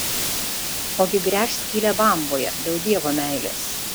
ogi gręš skylę bamboje dėl dievo meilės